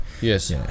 Yes